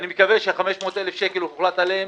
אני מקווה שה-500,000 שקל שהוחלט עליהם